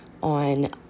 on